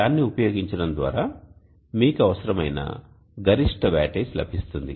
దాన్ని ఉపయోగించడం ద్వారా మీకు అవసరమైన గరిష్ట వాటేజ్ లభిస్తుంది